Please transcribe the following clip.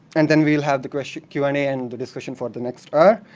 and then we will have the question q and a, and the discussion for the next hour.